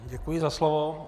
Děkuji za slovo.